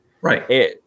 Right